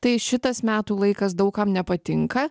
tai šitas metų laikas daug kam nepatinka